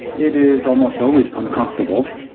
it is almost always uncomfortable.